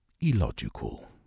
illogical